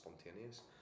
spontaneous